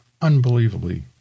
Unbelievably